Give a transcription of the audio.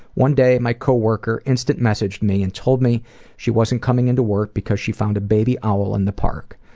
one day my coworker instant messaged me and told me she wasn't coming into work because she found a baby owl in the park.